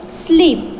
sleep